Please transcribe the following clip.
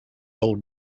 old